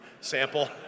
sample